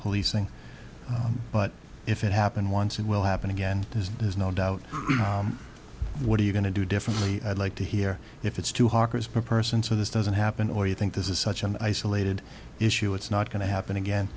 policing but if it happened once it will happen again there's no doubt what are you going to do differently i'd like to hear if it's too hard as per person so this doesn't happen or you think this is such an isolated issue it's not going to happen again